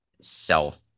self